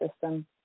system